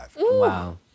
Wow